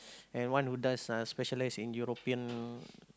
and one who does uh specialise in European